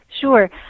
Sure